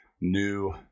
new